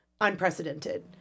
unprecedented